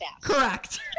Correct